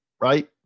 right